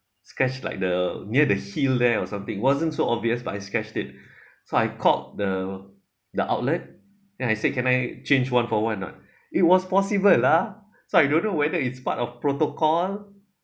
scratch like the near the heel there or something wasn't so obvious but I scratched it so I called the the outlet then I said can I change one for one or not it was possible lah so I don't know whether it's part of protocol